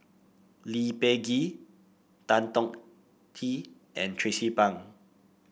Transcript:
Lee Peh Gee Tan Chong Tee and Tracie Pang